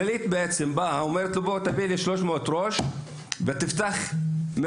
"כללית" אומרת לו: תביא לי 300 ראש ותפתח מרפאה.